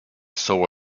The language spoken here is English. saw